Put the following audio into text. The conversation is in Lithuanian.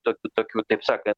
tokiu tokiu taip sakan